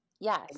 Yes